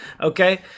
Okay